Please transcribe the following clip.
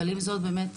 אבל עם זאת, באמת,